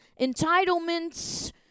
entitlements